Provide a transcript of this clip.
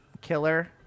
killer